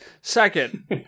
Second